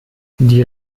die